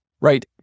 right